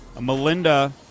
Melinda